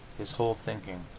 his whole thinking.